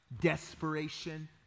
desperation